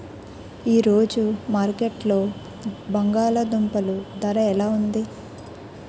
ఈ రోజు మార్కెట్లో బంగాళ దుంపలు ధర ఎలా ఉంది?